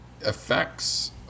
effects